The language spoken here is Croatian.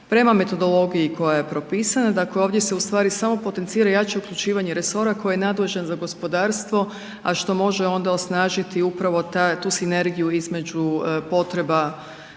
prema metodologiji koja je propisana, dakle ovdje se ustvari samo potencira jače uključivanje resora koje je nadležan za gospodarstvo a što može onda osnažiti upravo tu sinergiju između potreba